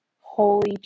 holy